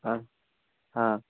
ആ ആ